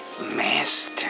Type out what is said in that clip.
Master